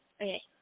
Okay